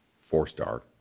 four-star